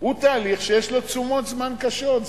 הוא תהליך שיש לו תשומות זמן קשות.